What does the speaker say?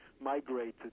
migrated